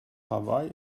hawaï